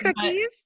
cookies